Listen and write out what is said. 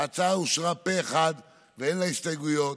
ההצעה אושרה פה אחד ואין לה הסתייגויות.